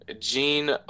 Gene